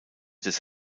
des